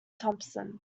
thompson